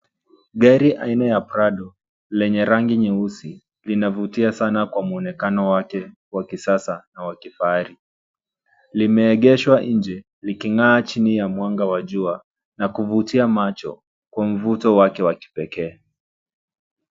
Gari aina ya prado lenye rangi nyeusi linavutia sana kwa mwonekano wake wa kisasa na wa kifahari. Limeegeshwa nje liking'aa chini ya mwanga wa jua na kuvutia macho kwa mvuto wake wa kipekee.